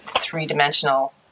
three-dimensional